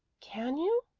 can you?